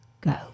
go